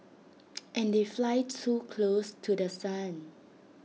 and they fly too close to The Sun